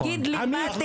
אתה לא תגיד לי כלום,